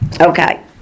Okay